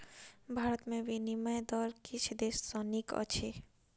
भारत में विनिमय दर किछ देश सॅ नीक अछि